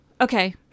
Okay